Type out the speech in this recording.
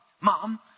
Mom